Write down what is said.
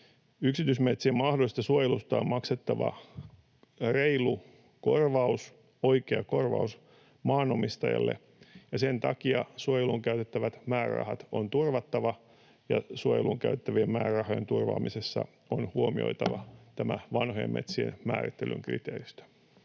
Yksityismetsien mahdollisesta suojelusta on maksettava reilu korvaus, oikea korvaus, maanomistajalle, ja sen takia suojeluun käytettävät määrärahat on turvattava ja suojeluun käyttävien määrärahojen turvaamisessa on huomioitava tämä vanhojen metsien määrittelyn kriteeristö.